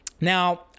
Now